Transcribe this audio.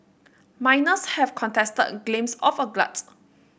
miners have contested claims of a glut